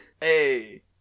Hey